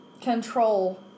control